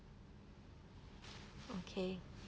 okay